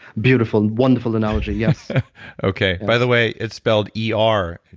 beautiful, wonderful analogy, yes okay. by the way, it's spelled e r.